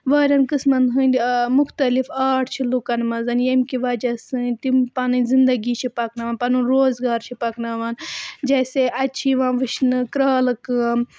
واریاہَن قٕسمَن ہٕنٛدۍ مختلف آرٹ چھِ لُکَن منٛز ییٚمہِ کہِ وجہ سۭتۍ تِم پَنٕںۍ زندگی چھِ پَکناوان پَنُن روزگار چھِ پَکناوان جیسے اَتہِ چھِ یِوان وٕچھنہٕ کرٛالہٕ کٲم